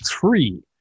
three